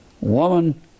woman